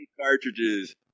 cartridges